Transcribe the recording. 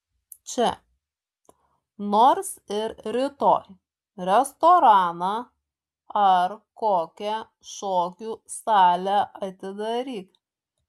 čia nors ir rytoj restoraną ar kokią šokių salę atidaryk